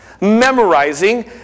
memorizing